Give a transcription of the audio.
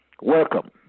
Welcome